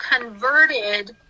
converted